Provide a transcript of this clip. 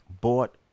bought